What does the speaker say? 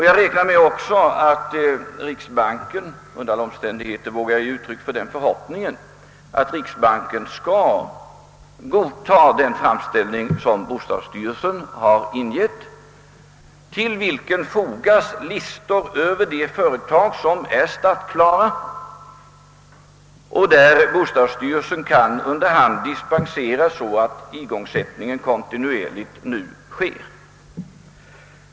Jag räknar med att riksbanken — under alla omständigheter vågar jag ge uttryck åt den förhoppningen — skall godta den framställning som bostadsstyrelsen har ingivit och till vilken fogats listor över de företag som är startklara och där bostadsstyrelsen under hand kan dispensera så att igångsättningen sker kontinuerligt.